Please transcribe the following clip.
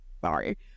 Sorry